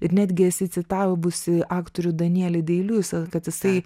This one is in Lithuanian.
ir netgi esi citavusi aktorių danielį deiliusą kad jisai